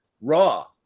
raw